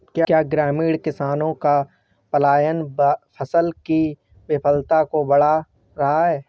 क्या ग्रामीण किसानों का पलायन फसल की विफलता को बढ़ा रहा है?